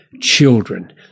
children